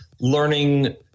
learning